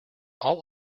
all